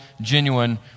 genuine